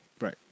right